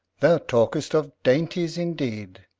thou talkest of dainties indeed!